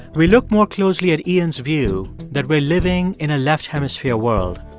we look more closely at iain's view that we're living in a left-hemisphere world,